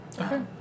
Okay